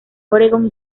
oregón